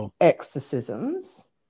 exorcisms